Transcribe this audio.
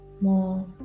more